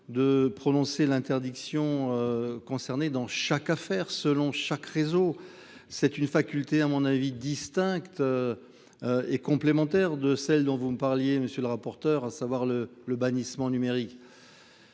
de prononcer l’interdiction concernée dans chaque affaire, selon chaque réseau. Il s’agit donc d’une faculté distincte et complémentaire de celle que vous évoquiez, monsieur le rapporteur, à savoir le bannissement numérique.